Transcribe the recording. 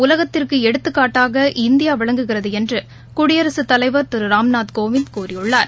உலகத்திற்கு எடுத்துக்காட்டாக இந்தியா விளங்குகிறது என்று குடியரசுத் தலைவா் திரு ராம்நாத் கோவிந்த் கூறியுள்ளார்